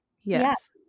Yes